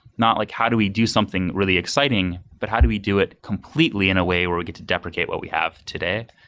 not like how do we do something really exciting, but how do we do it completely in a way where we get to deprecate what we have today.